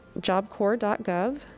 jobcorps.gov